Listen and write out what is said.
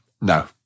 no